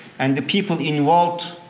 and the people involved